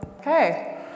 Okay